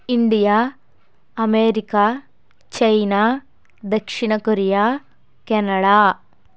India America China దక్షిణ Korea Canada